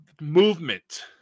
movement